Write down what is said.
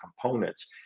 components